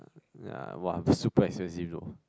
ya but I'm super expensive though